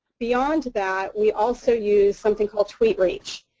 beyond that, we also use something called tweet reach.